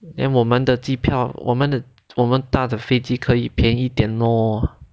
then 我们的机票我们的我们打着飞机可以便宜一点 lor 你们上次去到某:ni men shang ci qu dao jetstar